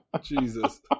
Jesus